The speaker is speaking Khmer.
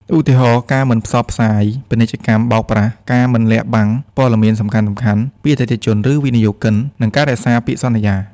ឧទាហរណ៍ ការមិនផ្សព្វផ្សាយពាណិជ្ជកម្មបោកប្រាស់ ការមិនលាក់បាំងព័ត៌មានសំខាន់ៗពីអតិថិជន ឬវិនិយោគិន និងការរក្សាពាក្យសន្យា។